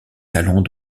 talents